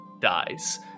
dies